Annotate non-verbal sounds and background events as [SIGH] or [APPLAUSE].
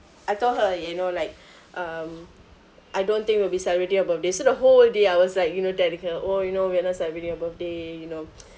I told her you know like [BREATH] um I don't think we'll be celebrating your birthday so the whole day I was like you know telling her oh you know we're not celebrating your birthday you know [NOISE]